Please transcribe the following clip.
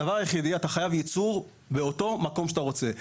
אתה חייב ייצור באותו מקום שאתה רוצה.